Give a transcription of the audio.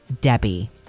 Debbie